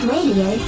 Radio